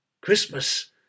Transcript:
Christmas